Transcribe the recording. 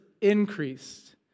increased